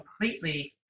completely